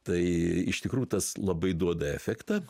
tai iš tikrųjų tas labai duoda efektą